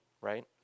right